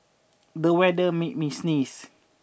the weather made me sneeze